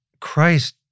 Christ